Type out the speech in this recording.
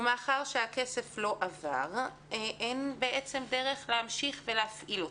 ומאחר והכסף לא עבר אז אין דרך להמשיך ולהפעיל אותה.